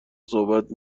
صحبت